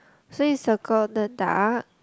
so you circle the duck